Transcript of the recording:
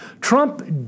Trump